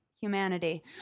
Humanity